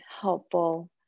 helpful